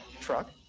truck